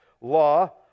law